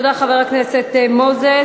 תודה, חבר הכנסת מוזס.